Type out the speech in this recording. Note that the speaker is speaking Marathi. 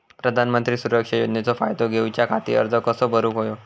प्रधानमंत्री सुरक्षा योजनेचो फायदो घेऊच्या खाती अर्ज कसो भरुक होयो?